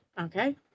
Okay